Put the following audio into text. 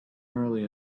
early